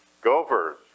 Gophers